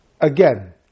again